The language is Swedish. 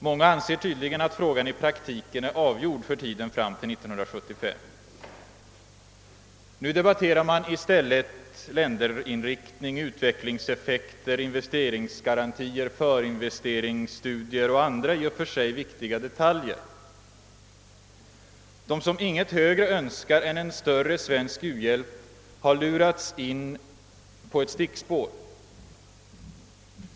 Många anser tydligen att frågan i praktiken är avgjord för tiden fram till 1975. Nu debatterar man i stället länderinriktning, utvecklingseffekter, investeringsgarantier, förinvesteringsstudier och andra i och för sig viktiga detaljer. De som ingenting högre önskar än en större svensk u-hjälp har lurats in på ett stickspår.